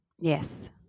Yes